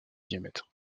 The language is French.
diamètre